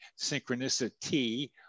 synchronicity